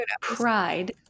Pride